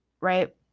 right